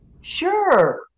Sure